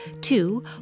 Two